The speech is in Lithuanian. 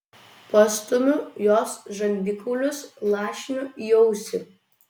pastumiu jos žandikaulius lašinu į ausį